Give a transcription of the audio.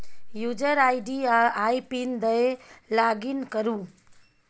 user ID आ आइ PIN दए लागिन करु